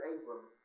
Abram